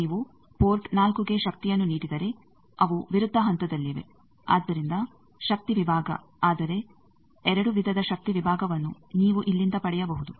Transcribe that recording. ನೀವು ಪೋರ್ಟ್ 4 ಗೆ ಶಕ್ತಿಯನ್ನು ನೀಡಿದರೆ ಅವು ವಿರುದ್ಧ ಹಂತದಲ್ಲಿವೆ ಆದ್ದರಿಂದ ಶಕ್ತಿ ವಿಭಾಗ ಆದರೆ 2 ವಿಧದ ಶಕ್ತಿ ವಿಭಾಗವನ್ನು ನೀವು ಇಲ್ಲಿಂದ ಪಡೆಯಬಹುದು